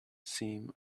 seem